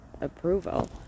approval